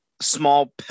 small